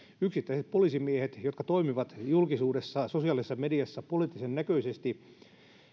yksittäiset poliisimiehet jotka toimivat julkisuudessa sosiaalisessa mediassa poliittisen näköisesti